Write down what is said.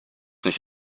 nicht